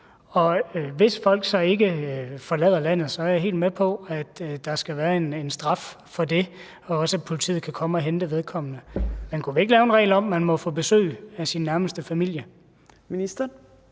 hvis folk så ikke forlader landet, er jeg helt med på, at der skal være en straf for det, og også at politiet kan komme og hente vedkommende. Men kunne vi ikke lave en regel om, at man må få besøg af sin nærmeste familie?